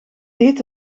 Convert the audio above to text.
deed